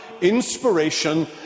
inspiration